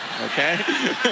Okay